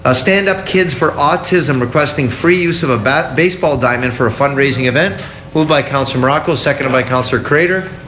ah stand up kids for autism requesting free use of a baseball diamond for a fundraising event moved by counsellor morocco seconded by councellor craitor.